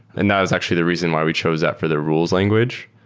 and that was actually the reason why we chose that for the rules language.